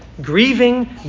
grieving